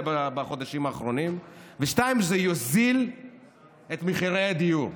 בחודשים האחרונים; 2. זה יוזיל את מחירי הדיור.